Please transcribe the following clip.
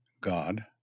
God